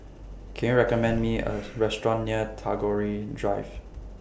Can YOU recommend Me A Restaurant near Tagore Drive